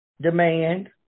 demand